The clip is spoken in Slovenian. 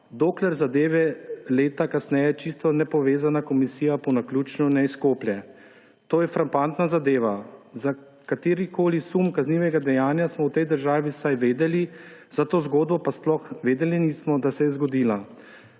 dokler zadeve leta kasneje povsem nepovezana komisija po naključju ne izkoplje. To je frapantna zadeva. Za katerikoli sum kaznivega dejanja smo v tej državi vsaj vedeli, za to zgodbo pa sploh vedeli nismo, da se je zgodila.